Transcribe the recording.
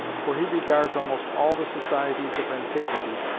for he regards almost all the societies of antiquity,